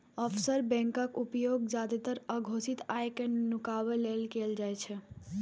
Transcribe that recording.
offshore बैंकक उपयोग जादेतर अघोषित आय कें नुकाबै लेल कैल जाइ छै